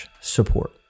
support